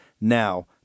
now